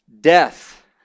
death